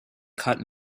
cut